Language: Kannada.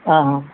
ಹಾಂ ಹಾಂ